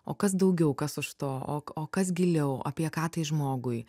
o kas daugiau kas už to o o kas giliau apie ką tai žmogui